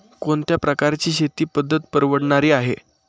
कोणत्या प्रकारची शेती पद्धत परवडणारी आहे?